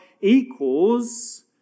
equals